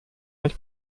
mit